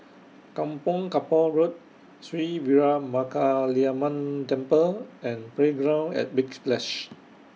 Kampong Kapor Road Sri Veeramakaliamman Temple and Playground At Big Splash